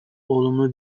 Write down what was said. olumlu